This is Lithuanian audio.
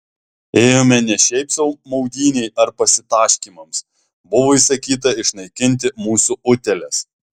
ėjome ne šiaip sau maudynei ar pasitaškymams buvo įsakyta išnaikinti mūsų utėles